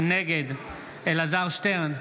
נגד אלעזר שטרן,